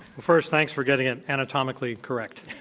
first, thanks for getting it anatomically correct.